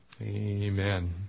Amen